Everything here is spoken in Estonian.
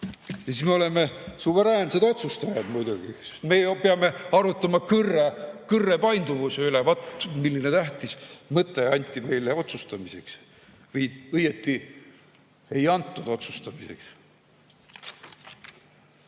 Siis me oleme suveräänsed otsustajad muidugi, sest me peame ju arutama kõrre painduvuse üle. Vaat milline tähtis mõte anti meile otsustamiseks või õieti ei antud otsustamiseks. Ja